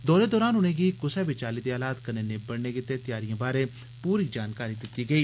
दौरे दौरान उनेंगी कुसै बी चाल्ली दे हालात कन्नै निब्बड़ने गितै त्यारिएं बारै पूरी जानकारी दित्ती गेई